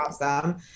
awesome